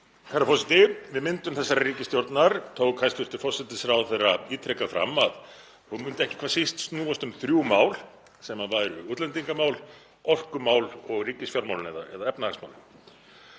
Herra forseti. Við myndun þessarar ríkisstjórnar tók hæstv. forsætisráðherra ítrekað fram að hún myndi ekki hvað síst snúast um þrjú mál sem væru útlendingamál, orkumál og ríkisfjármálin eða efnahagsmálin.